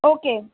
okay